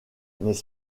n’est